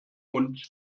mund